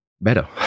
better